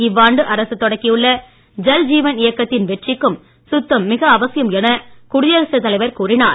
இவ்வாண்டு அரசு தொடக்கியுள்ள ஜல் ஜீவன் இயக்கத்தின் வெற்றிக்கும் சுத்தம் மிக அவசியம் என குடியரசுத் தலைவர் கூறினார்